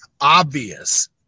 obvious